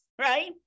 right